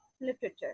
literature